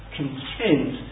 content